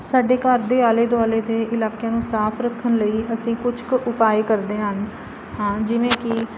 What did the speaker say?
ਸਾਡੇ ਘਰ ਦੇ ਆਲੇ ਦੁਆਲੇ ਦੇ ਇਲਾਕਿਆਂ ਨੂੰ ਸਾਫ ਰੱਖਣ ਲਈ ਅਸੀਂ ਕੁਛ ਕੁ ਉਪਾਏ ਕਰਦੇ ਹਨ ਹਾਂ ਜਿਵੇਂ ਕਿ